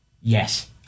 Yes